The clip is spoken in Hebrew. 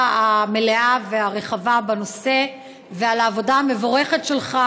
המלאה והרחבה בנושא ועל העבודה המבורכת שלך,